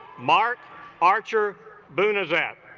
mark archer buna zappa